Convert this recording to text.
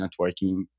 networking